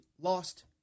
lost